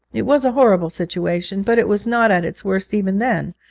it was a horrible situation, but it was not at its worst even then,